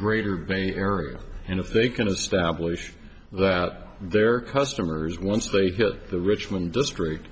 greater pain area and if they can establish that their customers once they hit the richmond district